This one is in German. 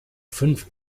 fünf